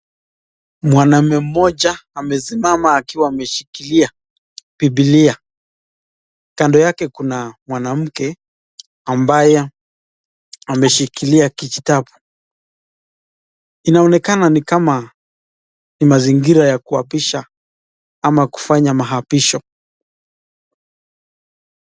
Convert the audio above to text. Mwanaume mmoja amesimama akiwa ameshikilia biblia. Kando yake kuna mwanamke ambaye ameshikilia kijitabu. Inaonekana ni kama ni mazingira ya kuapisha ama kufanya maapisho.